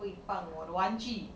会放我的玩具